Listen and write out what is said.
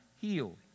healed